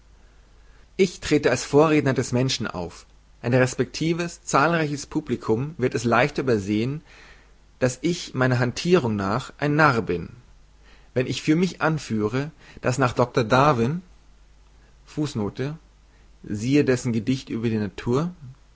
ich trete als vorredner des menschen auf ein respektives zahlreiches publikum wird es leichter übersehen daß ich meiner handthierung nach ein narr bin wenn ich für mich anführe daß nach doktor darwins dessen gedicht über die natur